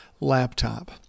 laptop